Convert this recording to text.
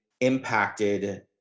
impacted